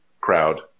crowd